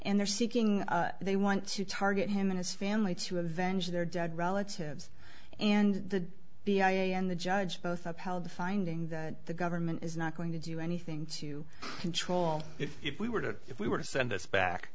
and they're seeking they want to target him and his family to avenge their dead relatives and the b i a and the judge both upheld the finding that the government is not going to do anything to control it if we were to if we were to send us back